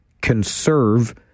conserve